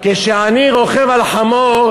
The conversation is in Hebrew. כשעני רוכב על חמור,